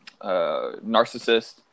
Narcissist